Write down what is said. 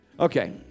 Okay